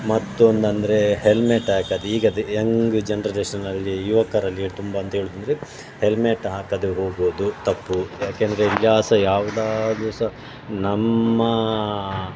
ಮತ್ತೊಂದೆಂದ್ರೆ helmet ಹಾಕದೆ ಈಗದು young ಜನರೇಷನಲ್ಲಿ ಯುವಕರಲ್ಲಿ ತುಂಬ ಅಂತ ಹೇಳುದಂದ್ರೆ ಹೆಲ್ಮೆಟ್ ಹಾಕದೆ ಹೋಗುವುದು ತಪ್ಪು ಯಾಕೆಂದರೆ ಎಲ್ಲಿಯೂ ಸಹ ಯಾವ್ದಾದ್ರು ಸಹ ನಮ್ಮ